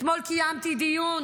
אתמול קיימתי דיון